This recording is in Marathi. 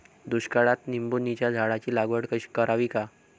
दुष्काळात निंबोणीच्या झाडाची लागवड करावी का?